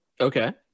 Okay